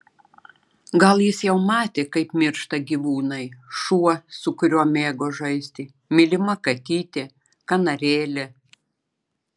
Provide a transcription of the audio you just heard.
gal jis jau matė kaip miršta gyvūnai šuo su kuriuo mėgo žaisti mylima katytė kanarėlė